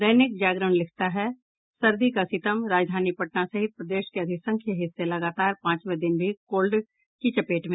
दैनिक जागरण लिखता है सर्दी का सितम राजधानी पटना सहित प्रदेश के अधिसंख्य हिस्से लगातार पांचवें दिन भी कोल्ड की चपेट में